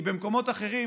כי במקומות אחרים